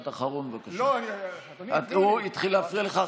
אתה לי לא יכול לעשות טובות.